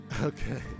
Okay